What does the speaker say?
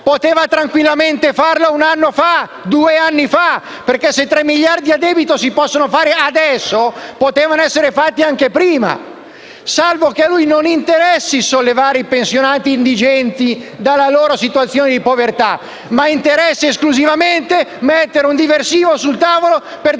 potuto farla uno o due anni fa. Se 3 miliardi di euro di debito si possono fare adesso, potevano essere fatti anche prima, salvo che a lui non interessi sollevare i pensionati indigenti dalla loro situazione di povertà, ma interessi esclusivamente mettere un diversivo sul tavolo per deviare